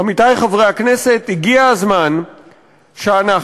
עמיתי חברי הכנסת, הגיע הזמן שאנחנו,